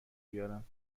بیارم